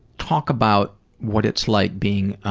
talk about what it's like being